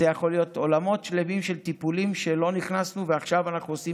אלה יכולים להיות עולמות שלמים של טיפולים שלא נכנסנו אליהם,